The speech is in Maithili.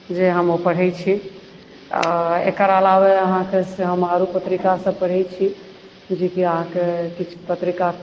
जे हम ओ पढ़ैत छी आओर एकर अलावा अहाँके से हम आओरो पत्रिकासभ पढ़ैत छी जेकि अहाँके किछु पत्रिका